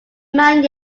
man